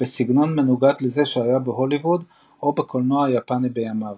בסגנון מנוגד לזה שהיה בהוליווד או בקולנוע היפני בימיו.